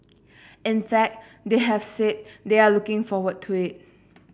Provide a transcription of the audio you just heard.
in fact they have said they are looking forward to it